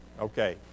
Okay